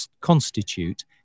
constitute